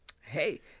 Hey